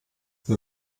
wir